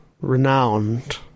renowned